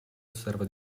osserva